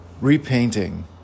repainting